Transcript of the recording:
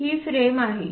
ही frame आहे